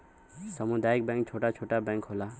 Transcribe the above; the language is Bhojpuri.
सामुदायिक बैंक छोटा छोटा बैंक होला